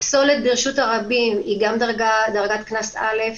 פסולת ברשות הרבים היא גם דרגת קנס א'.